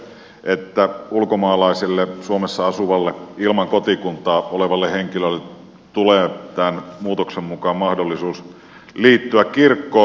se on se että ulkomaalaiselle suomessa asuvalle ilman kotikuntaa olevalle henkilölle tulee tämän muutoksen mukana mahdollisuus liittyä kirkkoon